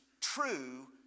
true